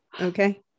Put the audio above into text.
okay